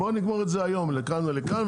אז בואו נגמור את זה היום לכאן ולכאן,